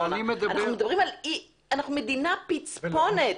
אנחנו מדינה פצפונת.